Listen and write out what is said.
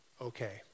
okay